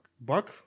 Buck